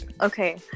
Okay